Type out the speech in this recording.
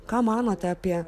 ką manote apie